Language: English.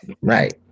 Right